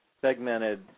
segmented